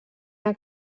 una